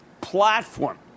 platform